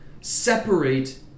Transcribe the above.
separate